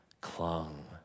clung